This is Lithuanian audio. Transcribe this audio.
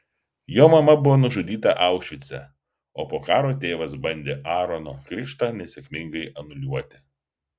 jo mama buvo nužudyta aušvice o po karo tėvas bandė aarono krikštą nesėkmingai anuliuoti